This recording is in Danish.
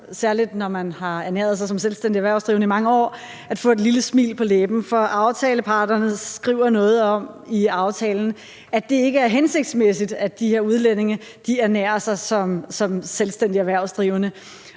særlig når man har ernæret sig som selvstændig erhvervsdrivende i mange år – at få et lille smil på læben, for aftaleparterne skriver noget om i aftalen, at det ikke er hensigtsmæssigt, at de her udlændinge ernærer sig som selvstændige erhvervsdrivende.